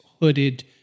hooded